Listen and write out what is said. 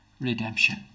redemption